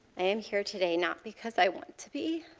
i am here today, not because i want to be.